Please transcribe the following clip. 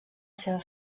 seva